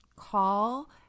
call